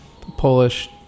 Polish